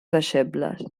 deixebles